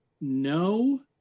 no